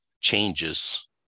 Changes